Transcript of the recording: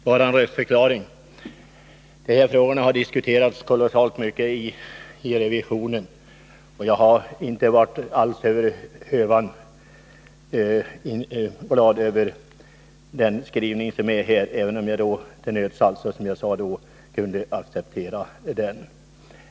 Herr talman! Bara en röstförklaring. De här frågorna har diskuterats kolossalt mycket i revisionen, och jag har inte varit över hövan glad åt den skrivning som gjordes, även om jag vid det tillfället ansåg mig till nöds kunna acceptera den.